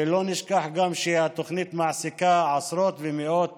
ולא נשכח גם שהתוכנית מעסיקה עשרות ומאות